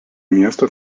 miestą